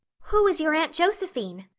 who is your aunt josephine?